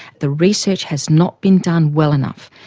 the research has not been done well enough.